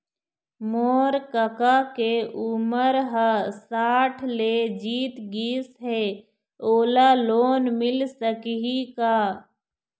मोर कका के उमर ह साठ ले जीत गिस हे, ओला लोन मिल सकही का?